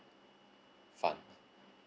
fund